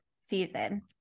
season